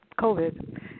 COVID